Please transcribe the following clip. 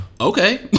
okay